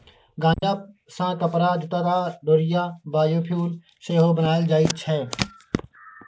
गांजा सँ कपरा, जुत्ता, डोरि आ बायोफ्युल सेहो बनाएल जाइ छै